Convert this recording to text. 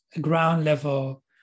ground-level